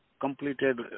completed